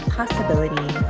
possibility